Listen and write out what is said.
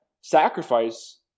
sacrifice